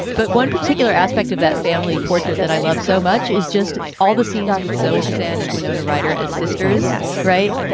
but one particular aspect of that family portrait that i love so much is just all the scenes with zoe kazan and winona ryder as sisters. right.